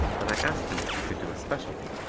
and i asked him if he could do a specialty.